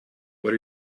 what